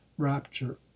rapture